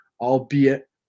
albeit